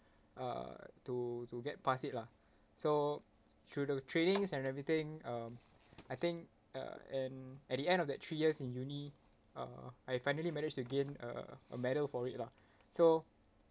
uh to to get past it lah so through the trainings and everything um I think uh and at the end of that three years in uni uh I finally managed to gain uh a medal for it lah so